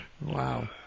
Wow